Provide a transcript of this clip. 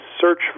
search